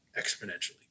exponentially